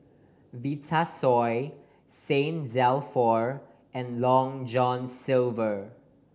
Vitasoy Saint Dalfour and Long John Silver